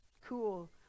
Cool